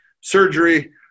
surgery